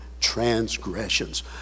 transgressions